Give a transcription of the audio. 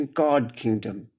god-kingdom